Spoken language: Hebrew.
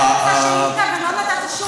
אני שאלתי אותך שאילתה, ולא נתת שום, לשאילתה.